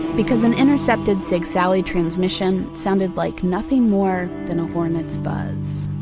because an intercepted sigsaly transmission sounded like nothing more than a hornet's buzz